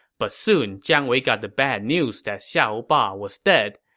but soon jiang wei got the bad news that xiahou ba was dead,